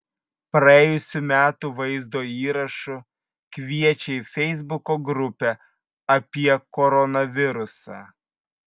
praėjusių metų vaizdo įrašu kviečia į feisbuko grupę apie koronavirusą